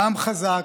"העם חזק,